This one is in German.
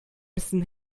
müssen